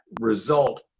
result